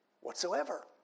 whatsoever